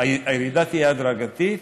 הירידה תהיה הדרגתית,